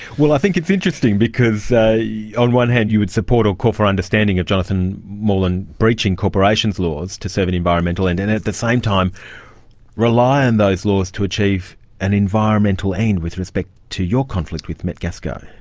well, i think it's interesting because on one hand you would support or call for understanding of jonathan moylan breaching corporations laws to serve an environmental end, and at the same time rely on those laws to achieve an environmental end with respect to your conflict with metgasco.